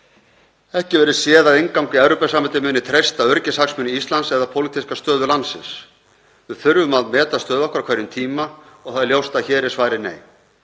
Ekki verður séð að innganga í Evrópusambandið muni treysta öryggishagsmuni Íslands eða pólitíska stöðu landsins. Við þurfum að meta stöðu okkar á hverjum tíma og það er ljóst að hér er svarið nei.